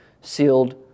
sealed